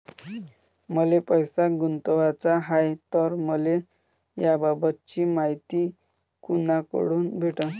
मले पैसा गुंतवाचा हाय तर मले याबाबतीची मायती कुनाकडून भेटन?